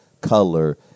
color